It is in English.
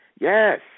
yes